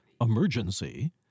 Emergency